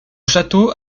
château